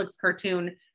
cartoon